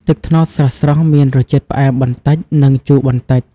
ទឹកត្នោតស្រស់ៗមានរសជាតិផ្អែមបន្តិច និងជូរបន្តិច។